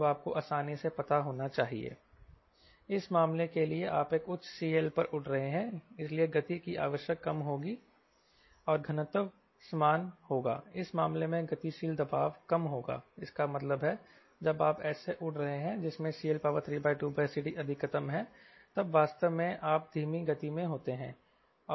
जो आपको आसानी से पता होना चाहिए इस मामले के लिए आप एक उच्च CL पर उड़ रहे हैं इसलिए गति की आवश्यक कम होगी और घनत्व समान होगा इस मामले में गतिशील दबाव कम होगा इसका मतलब है जब आप ऐसे उड़ रहे हैं जिसमें CL32CDअधिकतम है तब वास्तव में आप धीमी गति में होते हैं